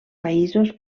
països